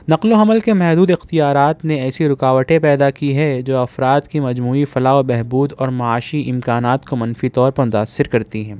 نقل و حمل کے محدود اختیارات نے ایسی رکاوٹیں پیدا کی ہیں جو افراد کی مجموعی فلاح و بہبود اور معاشی امکانات کو منفی طور پر متاثر کرتی ہیں